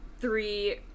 three